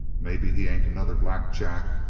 maybe he ain't another black jack,